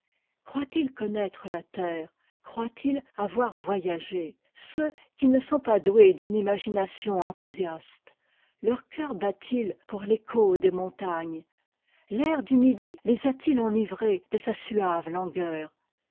croient-ils connaître la terre croient-ils avoir voyagé ceux qui ne sont pas doués d'une imagination enthousiaste leur cœur bat-il pour l'écho des montagnes l'air du midi les a-t-il enivrés de sa suave langueur